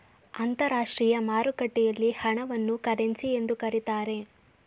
ಅಂತರಾಷ್ಟ್ರೀಯ ಮಾರುಕಟ್ಟೆಯಲ್ಲಿ ಹಣವನ್ನು ಕರೆನ್ಸಿ ಎಂದು ಕರೀತಾರೆ